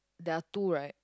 there are two right